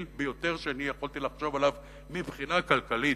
ביותר שאני יכולתי לחשוב עליו מבחינה כלכלית,